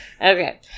Okay